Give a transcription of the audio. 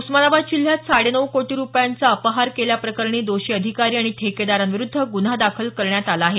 उस्मानाबाद जिल्ह्यात साडे नऊ कोटी रुपयांचा अपहार केल्याप्रकरणी दोषी अधिकारी आणि ठेकेदारांविरुद्ध गुन्हा दाखल करण्यात आला आहे